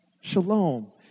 shalom